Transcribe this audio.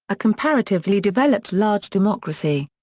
a comparatively developed large democracy.